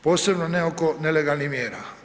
Posebno ne oko nelegalnih mjera.